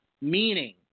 meaning